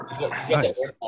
Nice